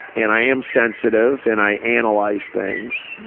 and i am sensitive and i analyze things.